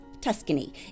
Tuscany